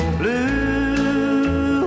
blue